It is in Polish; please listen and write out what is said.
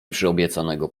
przyobiecanego